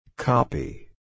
Copy